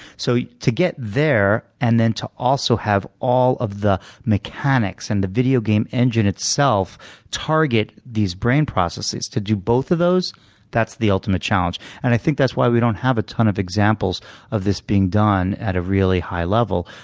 so, to get there, and then to also have all of the mechanics and the video game engine itself target these brain processes to do both of those that's the ultimate challenge. and i think that's why we don't have a ton of examples of this being done at a really high level,